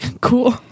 cool